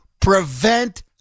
prevent